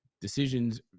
decisions